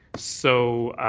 so